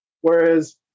whereas